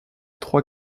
trois